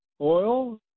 oil